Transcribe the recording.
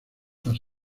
las